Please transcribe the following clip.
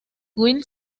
will